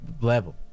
level